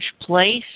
place